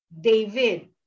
David